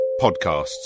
podcasts